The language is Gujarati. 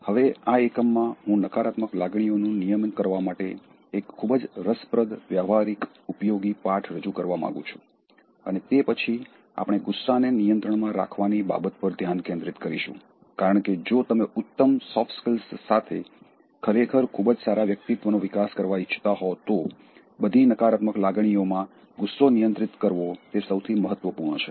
હવે આ એકમ માં હું નકારાત્મક લાગણીઓનું નિયમન કરવા માટે એક ખૂબ જ રસપ્રદ વ્યવહારીક ઉપયોગી પાઠ રજૂ કરવા માંગું છું અને તે પછી આપણે ગુસ્સાને નિયંત્રણમાં રાખવાની બાબત ઉપર ધ્યાન કેન્દ્રિત કરીશું કારણ કે જો તમે ઉત્તમ સોફ્ટ સ્કીલ્સ સાથે ખરેખર ખૂબ જ સારા વ્યક્તિત્વનો વિકાસ કરવા ઇચ્છતા હોવ તો બધી નકારાત્મક લાગણીઓમાં ગુસ્સો નિયંત્રિત કરવો તે સૌથી મહત્વપૂર્ણ છે